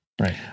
Right